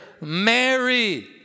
Mary